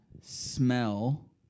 smell